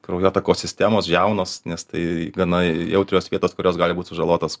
kraujotakos sistemos žiaunos nes tai gana jautrios vietos kurios gali būt sužalotos